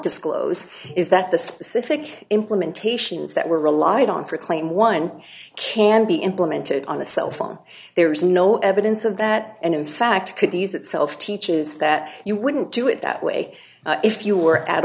disclose is that the specific implementations that were relied on for a claim one can be implemented on a cell phone there is no evidence of that and in fact could these itself teaches that you wouldn't do it that way if you were at